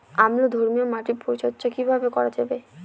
অম্লধর্মীয় মাটির পরিচর্যা কিভাবে করা যাবে?